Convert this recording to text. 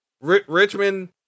Richmond